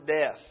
death